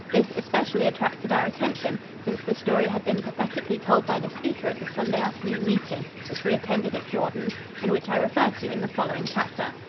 this especially attracted our attention, since the story had been pathetically told by the speaker at the sunday afternoon meeting which we attended at jordans and which i refer to in the following chapter.